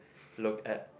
look at